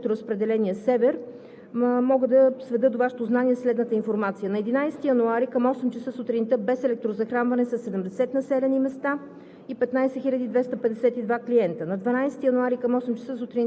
на база на информацията, предоставена от ЧЕЗ Електроразпределение – Електроразпределение Север, мога да сведа до Вашето знание следната информация: На 11 януари към 8,00 ч. сутринта без електрозахранване са 70 населени места